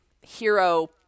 hero